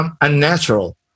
unnatural